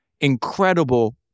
incredible